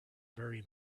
very